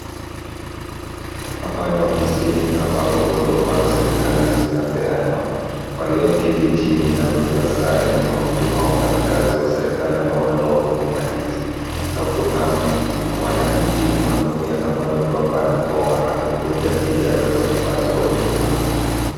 Hapa ni ofisini ambapo huduma za serkali zinapeanwa. Walioketi chini na wamevaa zare ni mahuduma wa wafanyi kazi wa serkali ambao wanatoa huduma hizi na kuna mwananchi mwanaume ambao amevaa barakoa amekuja ili apate huduma hizo.